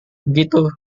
begitu